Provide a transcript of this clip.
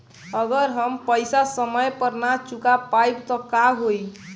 अगर हम पेईसा समय पर ना चुका पाईब त का होई?